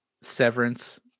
severance